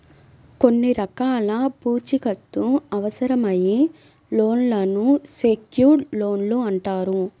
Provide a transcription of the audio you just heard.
కొన్ని రకాల పూచీకత్తు అవసరమయ్యే లోన్లను సెక్యూర్డ్ లోన్లు అంటారు